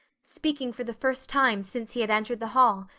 speaking for the first time since he had entered the hall,